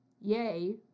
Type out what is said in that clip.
yay